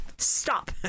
Stop